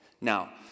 Now